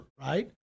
right